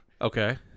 Okay